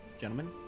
gentlemen